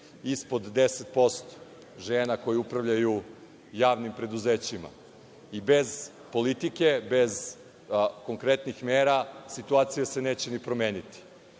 ispod 10% žena koje upravljaju javnim preduzećima i bez politike, bez konkretnih mera, situacija se neće ni promeniti.